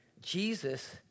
Jesus